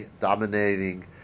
dominating